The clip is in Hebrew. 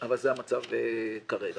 זה המצב כרגע.